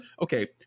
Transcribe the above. okay